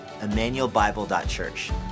emmanuelbible.church